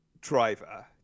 driver